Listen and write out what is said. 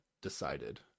decided